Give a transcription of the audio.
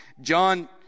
John